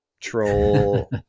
troll